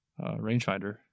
rangefinder